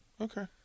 Okay